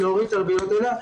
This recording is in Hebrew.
להוריד את הריביות האלה.